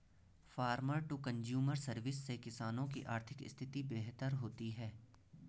farmer to consumer service से किसानों की आर्थिक स्थिति बेहतर होती है